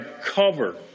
cover